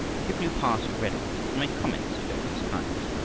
people who passed read it and made comments of various kinds.